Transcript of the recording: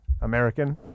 American